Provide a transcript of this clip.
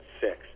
six